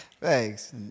Thanks